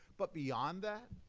but beyond that,